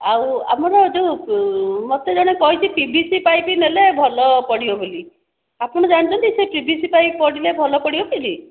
ଆଉ ଆମର ଯେଉଁ ମୋତେ ଜଣେ କହିଛି ପିଭିସି ପାଇପ୍ ନେଲେ ଭଲ ପଡ଼ିବ ବୋଲି ଆପଣ ଜାଣିଛନ୍ତି ସେ ପିଭିସି ପାଇପ୍ ପଡ଼ିଲେ ଭଲ ପଡ଼ିବ ବୋଲି